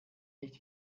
nicht